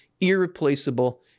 irreplaceable